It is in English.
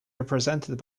represented